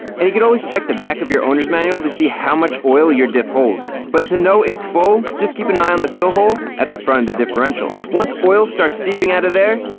and you can always check the back of your owner's manual to see how much oil your diff holds. but to know it's full, just keep an eye on the fill hole at the front of the differential. once oil starts seeping out of there,